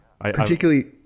particularly